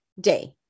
day